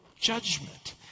judgment